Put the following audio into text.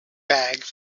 bag